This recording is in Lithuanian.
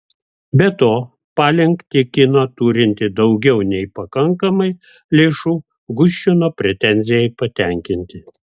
be to palink tikino turinti daugiau nei pakankamai lėšų guščino pretenzijai patenkinti